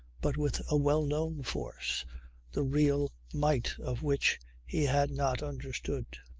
but with a well-known force the real might of which he had not understood.